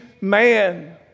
man